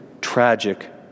tragic